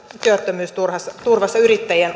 työttömyysturvassa yrittäjien